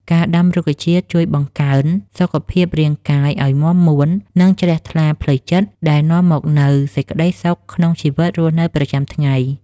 ការដាំរុក្ខជាតិជួយបង្កើនសុខភាពរាងកាយឱ្យមាំមួន និង ជ្រះថ្លាផ្លូវចិត្តដែលនាំមកនូវសេចក្តីសុខក្នុងជីវិតរស់នៅប្រចាំថ្ងៃ។